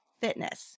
Fitness